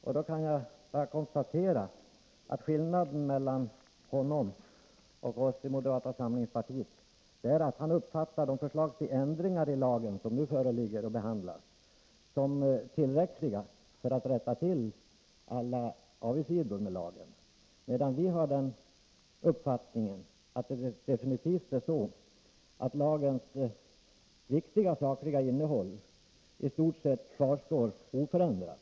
Jag kan då bara konstatera att skillnaden mellan honom och oss i moderata samlingspartiet är att han uppfattar de förslag till ändringar i lagen som nu föreligger till behandling som tillräckliga för att rätta till alla avigsidor med lagen, medan vi har uppfattningen att lagens sakliga innehåll i stort sett kvarstår oförändrat.